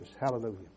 Hallelujah